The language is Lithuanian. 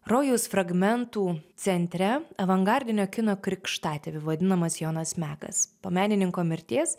rojus fragmentų centre avangardinio kino krikštatėviu vadinamas jonas mekas po menininko mirties